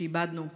שאיבדנו היום.